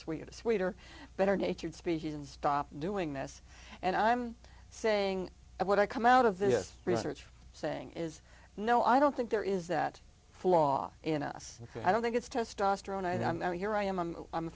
sweet a sweeter better natured species and stop doing this and i'm saying what i come out of this research saying is no i don't think there is that flaw in us i don't think it's testosterone i meant here i am i'm a